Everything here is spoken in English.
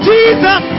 Jesus